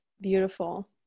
beautiful